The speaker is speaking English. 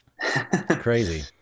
crazy